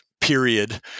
period